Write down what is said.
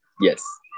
Yes